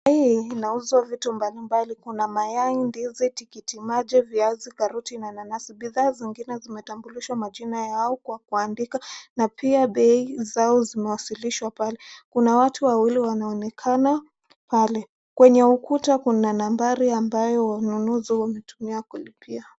Duka hii inauzwa vitu mbalimbali. Kuna mayai, ndizi, tikitimaji, viazi, karoti na nanasi. Bidhaa zingine zimetambulishwa majina yao kwa kuandika na pia bei zao zimewasilishwa pale. Kuna watu wawili wanaonekana pale. Kwenye ukuta kuna nambari ambayo wanunuzi hutumia kulipia.